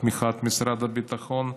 בתמיכת משרד הביטחון,